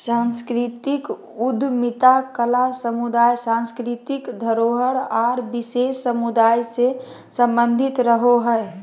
सांस्कृतिक उद्यमिता कला समुदाय, सांस्कृतिक धरोहर आर विशेष समुदाय से सम्बंधित रहो हय